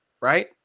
right